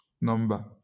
number